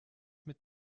mit